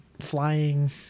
flying